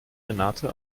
renate